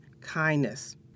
kindness